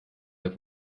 der